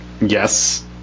yes